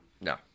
no